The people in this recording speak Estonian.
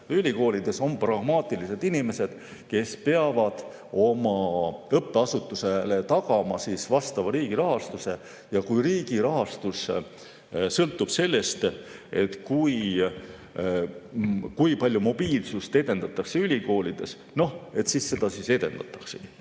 Ülikoolides on pragmaatilised inimesed, kes peavad oma õppeasutusele tagama vastava riigi rahastuse ja kui riigi rahastus sõltub sellest, kui palju mobiilsust edendatakse ülikoolides, siis seda edendataksegi.